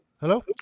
Hello